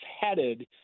headed